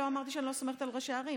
לא אמרתי שאני לא סומכת על ראשי הערים,